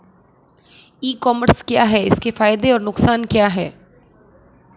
ई commerce क्या है इसके फायदे और नुकसान क्या है?